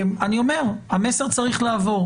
המסר צריך לעבור.